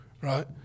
right